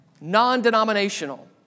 non-denominational